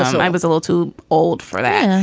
um i was a little too old for that.